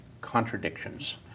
contradictions